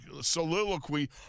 soliloquy